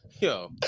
Yo